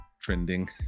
trending